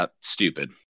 stupid